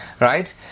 right